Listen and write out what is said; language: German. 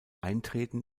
eintreten